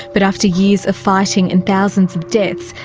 but after years of fighting and thousands of deaths,